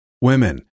Women